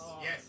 Yes